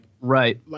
Right